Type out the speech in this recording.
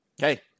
Hey